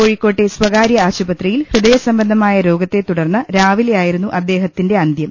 കോഴിക്കോട്ടെ സ്വകാര്യ ആശുപത്രിയിൽ ഹൃദയസംബന്ധമായ രോഗത്തെതുടർന്ന് രാവിലെയായിരുന്നു അദ്ദേഹത്തിന്റെ അന്ത്യം